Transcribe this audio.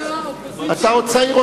אתה עוד צעיר,